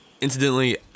incidentally